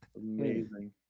Amazing